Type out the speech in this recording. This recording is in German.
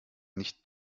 nicht